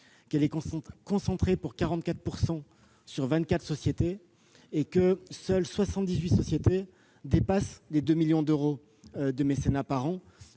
qu'elle est concentrée à 44 % sur 24 sociétés, et que seules 78 sociétés dépassent les 2 millions d'euros de mécénat par an.